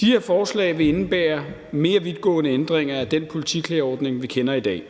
De her forslag vil indebære mere vidtgående ændringer af den politiklageordning, vi kender i dag.